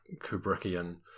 Kubrickian